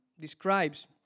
describes